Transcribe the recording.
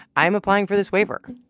i'm applying for this waiver.